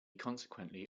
consequently